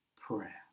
prayer